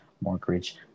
mortgage